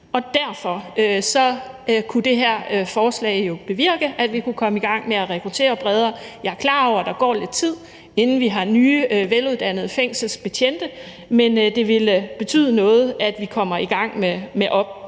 Derfor kunne det her forslag jo bevirke, at vi kunne komme i gang med at rekruttere bredere. Jeg er klar over, at der går lidt tid, inden vi har nye veluddannede fængselsbetjente, men det ville betyde noget, at vi kom i gang med